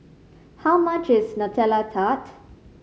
how much is Nutella Tart